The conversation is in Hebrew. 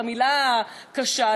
במילה קשה,